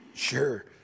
sure